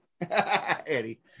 Eddie